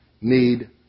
need